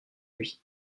lui